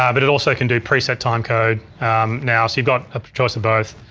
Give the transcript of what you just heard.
um it it also can do preset timecode now, so you've got a choice of both.